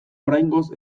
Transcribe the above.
oraingoz